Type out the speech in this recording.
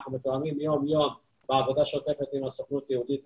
בנושא הזה אנחנו מתואמים יום יום בעבודה שוטפת עם הסוכנות היהודית.